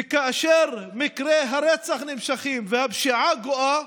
וכאשר מקרי הרצח נמשכים והפשיעה גואה,